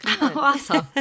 Awesome